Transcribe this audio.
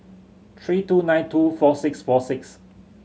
three two nine two four six four six